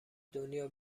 دنیا